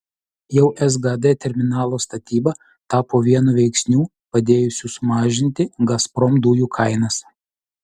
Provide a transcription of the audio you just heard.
jau sgd terminalo statyba tapo vienu veiksnių padėjusių sumažinti gazprom dujų kainas